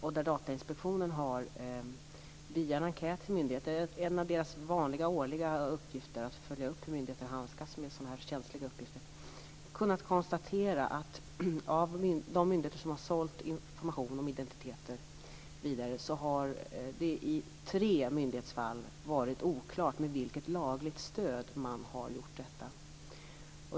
En av Datainspektionens vanliga årliga uppgifter är att följa upp hur myndigheter handskas med sådana här känsliga uppgifter. Datainspektionen har via en enkät till myndigheter kunnat konstatera att av de fall då myndigheter har sålt information om identiteter vidare har det i tre myndighetsfall varit oklart med vilket lagligt stöd man har gjort detta.